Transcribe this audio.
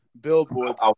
Billboard